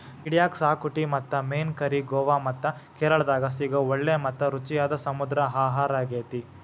ಏಡಿಯ ಕ್ಸಾಕುಟಿ ಮತ್ತು ಮೇನ್ ಕರಿ ಗೋವಾ ಮತ್ತ ಕೇರಳಾದಾಗ ಸಿಗೋ ಒಳ್ಳೆ ಮತ್ತ ರುಚಿಯಾದ ಸಮುದ್ರ ಆಹಾರಾಗೇತಿ